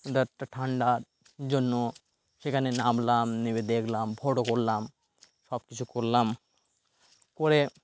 এদের একটা ঠান্ডার জন্য সেখানে নামলাম নেমে দেখলাম ফটো করলাম সব কিছু করলাম করে